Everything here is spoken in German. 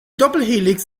doppelhelix